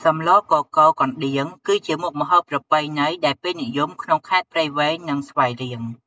សម្លកកូរកណ្ដៀងគឺជាមុខម្ហូបប្រពៃណីដែលពេញនិយមក្នុងខេត្តព្រៃវែង និងស្វាយរៀង។